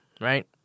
right